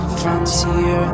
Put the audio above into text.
frontier